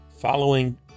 Following